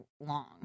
long